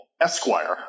esquire